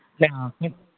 না আপনি